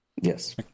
yes